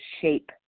shape